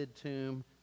tomb